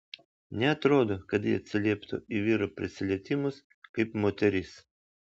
neatrodo kad ji atsilieptų į vyro prisilietimus kaip moteris